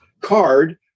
card